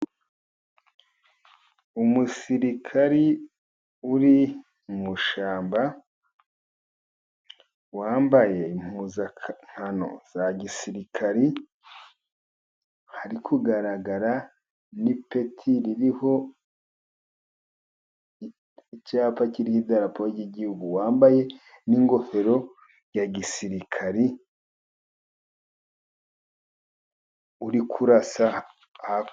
Umusirikari uri mu ishyamba, wambaye impuzankano za gisirikari, hari kugaragara n'ipeti ririho icyapa kiriho idarapo ry'igihugu, yambaye n'ingofero ya gisirikari, uri kurasa hakurya.